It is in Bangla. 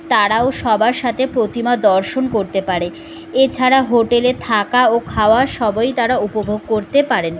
তারাও সবার সাথে প্রতিমা দর্শন করতে পারে এছাড়া হোটেলে থাকা ও খাওয়ার সবই তারা উপভোগ করতে পারেন